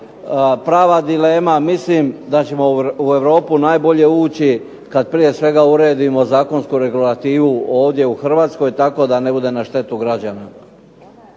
prava dilema, mislim da ćemo u Europu najbolje ući kad prije svega uredimo zakonsku regulativu ovdje u Hrvatskoj tako da ne bude na štetu građana.